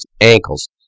ankles